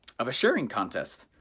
of a sharing contest,